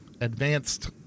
advanced